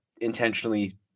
intentionally